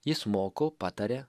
jis moko pataria